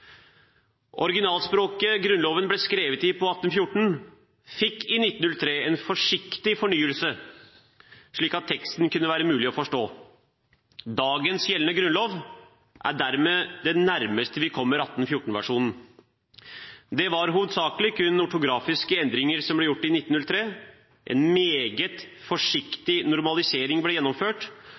Originalspråket Grunnloven ble skrevet på i 1814, fikk i 1903 en forsiktig fornyelse, slik at teksten kunne være mulig å forstå. Dagens gjeldende grunnlov er dermed det nærmeste vi kommer 1814-versjonen. Det var hovedsakelig kun ortografiske endringer som ble gjort i 1903. En meget forsiktig normalisering ble gjennomført,